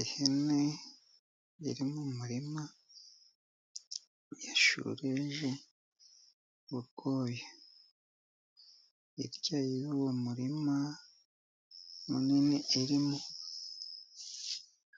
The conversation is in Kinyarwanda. Ihene iri mu murima, yashureje ubwoya. Hirya y'uwo murima munini irimo,